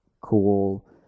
cool